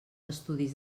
estudis